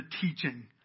teaching